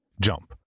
Jump